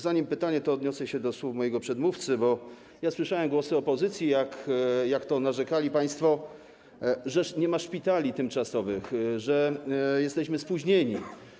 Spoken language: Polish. Zanim zadam pytanie, to odniosę się do słów mojego przedmówcy, bo ja słyszałem głosy opozycji, jak narzekała, narzekali państwo, że nie ma szpitali tymczasowych, że jesteśmy spóźnieni.